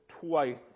twice